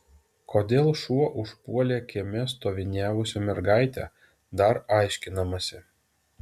kodėl šuo užpuolė kieme stoviniavusią mergaitę dar aiškinamasi